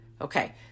Okay